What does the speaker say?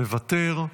מוותר.